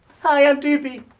hi i'm doopey.